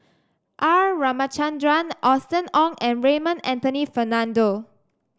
R Ramachandran Austen Ong and Raymond Anthony Fernando